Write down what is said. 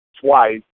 twice